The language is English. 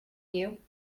you